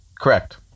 correct